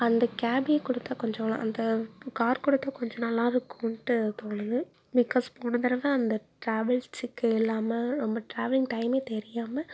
அந்த கேபையே கொடுத்தா கொஞ்சம் அந்த கார் கொடுத்தா கொஞ்சம் நல்லா இருக்குன்ட்டு தோணுது பிகாஸ் போன தடவை அந்த டிராவல் சிக்கு இல்லாமல் ரொம்ப டிராவலிங் டையமே தெரியாமல்